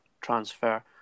transfer